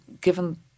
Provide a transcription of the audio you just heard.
given